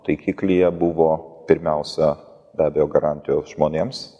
taikiklyje buvo pirmiausia be abejo garantijos žmonėms